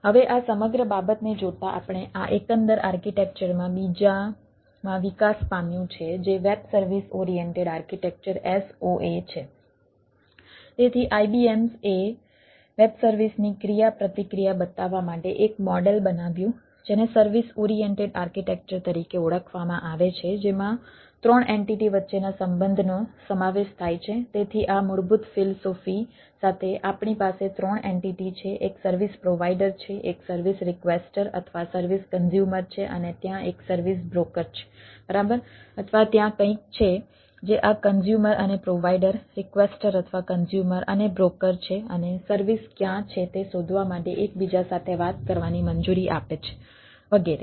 હવે આ સમગ્ર બાબતને જોતાં આપણે આ એકંદર આર્કિટેક્ચર છે બરાબર અથવા ત્યાં કંઈક છે જે આ કન્ઝ્યુમર અને પ્રોવાઈડર રિક્વેસ્ટર અથવા કન્ઝ્યુમર અને બ્રોકર છે અને સર્વિસ ક્યાં છે તે શોધવા માટે એકબીજા સાથે વાત કરવાની મંજૂરી આપે છે વગેરે